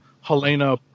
Helena